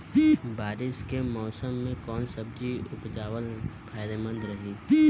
बारिश के मौषम मे कौन सब्जी उपजावल फायदेमंद रही?